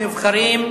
שנבחרים,